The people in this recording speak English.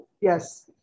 yes